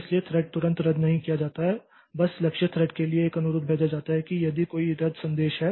इसलिए थ्रेड तुरंत रद्द नहीं किया जाता है बस लक्ष्य थ्रेड के लिए एक अनुरोध भेजा जाता है कि यदि कोई रद्द संदेश है